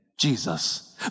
Jesus